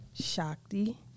Shakti